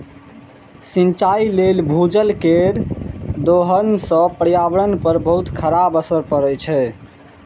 सिंचाइ लेल भूजल केर दोहन सं पर्यावरण पर बहुत खराब असर पड़ै छै